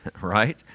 right